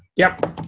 yep.